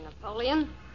Napoleon